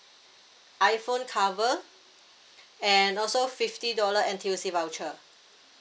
iPhone cover and also fifty dollar N_T_U_C voucher